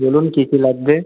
বলুন কী কী লাগবে